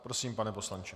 Prosím, pane poslanče.